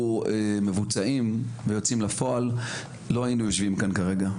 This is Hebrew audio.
מבוצעים ויוצאים לפועל לא היינו יושבים כאן כרגע,